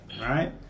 right